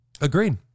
Agreed